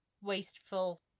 wasteful